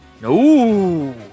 no